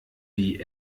die